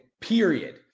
period